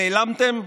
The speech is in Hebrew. נעלמתם?